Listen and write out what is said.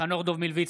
חנוך דב מלביצקי,